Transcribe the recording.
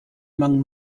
among